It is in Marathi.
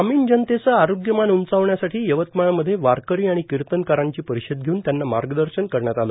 ग्रामीण जनतेचं आरोग्यमान उंचावण्यासाठी यवतमाळमध्ये वारकरी आणि किर्तनकारांची परिषद घेऊन त्यांना मार्गदर्शन करण्यात आले